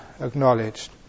acknowledged